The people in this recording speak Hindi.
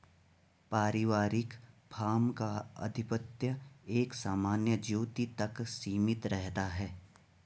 पारिवारिक फार्म का आधिपत्य एक सामान्य ज्योति तक सीमित रहता है